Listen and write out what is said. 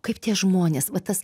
kaip tie žmonės va tas